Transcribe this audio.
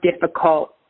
difficult